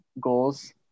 Goals